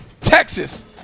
Texas